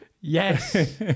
Yes